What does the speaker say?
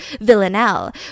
Villanelle